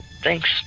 thanks